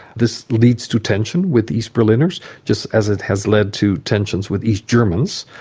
this leads to tension with east berliners, just as it has led to tensions with east germans,